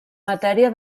matèria